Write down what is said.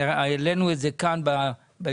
העלינו את זה כאן בישיבה.